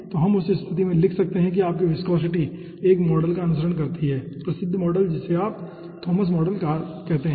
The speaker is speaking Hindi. तो हम उस स्थिति में लिख सकते हैं कि आपकी विस्कोसिटी एक मॉडल का अनुसरण करती है प्रसिद्ध मॉडल जिसे थॉमस मॉडल कहा जाता है